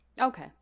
Okay